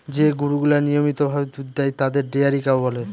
যে গরুগুলা নিয়মিত ভাবে দুধ দেয় তাদের ডেয়ারি কাউ বলে